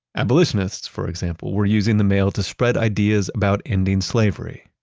abolitionists, for example, were using the mail to spread ideas about ending slavery.